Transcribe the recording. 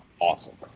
awesome